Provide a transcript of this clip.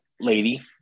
lady